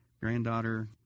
granddaughter